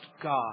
God